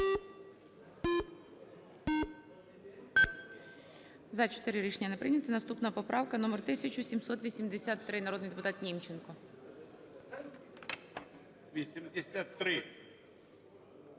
За-4 Рішення не прийнято. Наступна поправка номер 1783. Народний депутат Німченко.